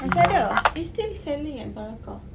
masih ada it's still selling at baraqah